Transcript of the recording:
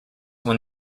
won